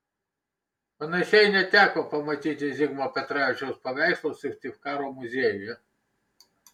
panašiai neteko pamatyti zigmo petravičiaus paveikslų syktyvkaro muziejuje